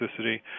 toxicity